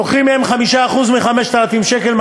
לוקחים מהם 5% מ-5,000 שקל,